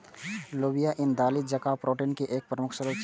लोबिया ईन दालि जकां प्रोटीन के एक प्रमुख स्रोत छियै